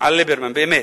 על ליברמן, באמת.